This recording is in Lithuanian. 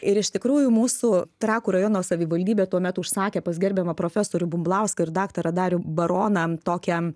ir iš tikrųjų mūsų trakų rajono savivaldybė tuo metu užsakė pas gerbiamą profesorių bumblauską ir daktarą darių baroną tokią